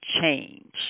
change